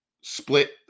split